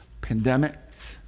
pandemics